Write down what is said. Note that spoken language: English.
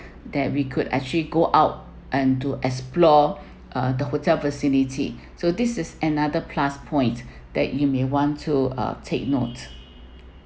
that we could actually go out and to explore uh the hotel facility so this is another plus point that you may want to ah take note